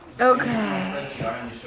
Okay